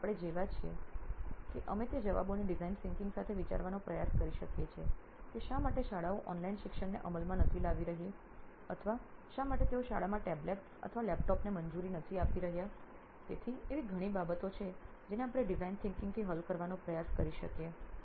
તેથી આપણે જેવા છીએ કે અમે તે જવાબોને ડિઝાઇન વિચારસરણી સાથે વિચારવાનો પ્રયાસ કરી શકીએ છીએ કે શા માટે શાળાઓ ઓનલાઇન શિક્ષણને અમલમાં નથી લાવી રહી છે અથવા શા માટે તેઓ શાળાઓમાં ટેબ્લેટ્સ અથવા લેપટોપને મંજૂરી નથી આપી રહ્યાં છે તેથી એવી ઘણી બાબતો છે કે જેને આપણે ડિઝાઇન વિચારસરણી થી હલ કરવાનો પ્રયાસ કરી શકીએ